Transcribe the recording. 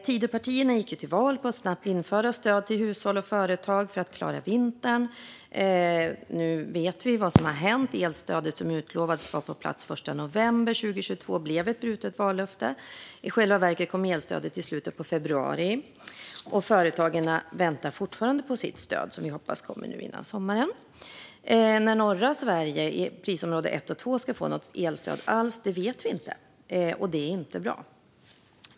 Tidöpartierna gick till val på att snabbt införa stöd till hushåll och företag för att dessa skulle klara vintern. Nu vet vi vad som hände. Det elstöd som utlovades vara på plats den 1 november 2022 blev ett brutet vallöfte. I själva verket kom elstödet i slutet av februari, och företagen väntar fortfarande på sitt stöd. Vi hoppas att det kommer nu innan sommaren. När norra Sverige, prisområde 1 och 2, ska få något elstöd vet vi inte. Det är inte bra.